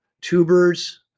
tubers